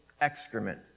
excrement